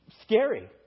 scary